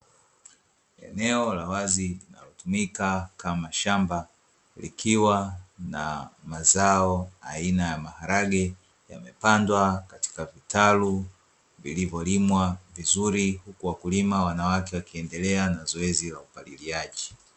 Eneo la wazi linalotumika kama shamba, likiwa na mazao aina ya maharage yamepandwa katika vitalu, vilivyolimwa vizuri, wakulima wanawake wakiendelea na zoezi la kupaliliaji.